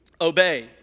obey